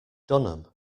dunham